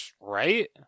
Right